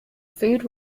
food